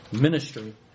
ministry